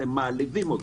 אתם מעליבים אותו.